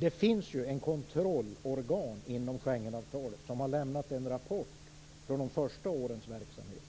Det finns ett kontrollorgan inom ramen för Schengenavtalet som har lämnat en rapport över de första årens verksamhet.